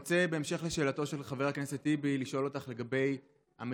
בהמשך לשאלת חבר הכנסת טיבי אני רוצה לשאול אותך לגבי המדיניות